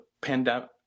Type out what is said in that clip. pandemic